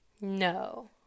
no